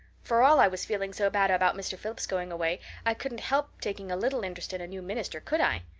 for all i was feeling so bad about mr. phillips going away i couldn't help taking a little interest in a new minister, could i?